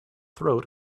throat